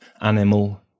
animal